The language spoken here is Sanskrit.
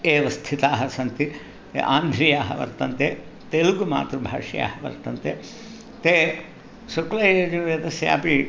एव स्थिताः सन्ति आन्ध्रीयाः वर्तन्ते तेलुगुमातृभाषीयाः वर्तन्ते ते शुक्लयजुर्वेदस्यापि